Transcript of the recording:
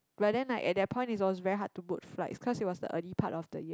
ya then like at that point it was very hard to book flights cause it was the early part of the year